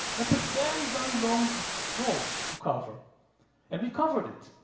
that's a very, very long road to cover and we covered it.